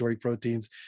proteins